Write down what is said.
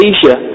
Asia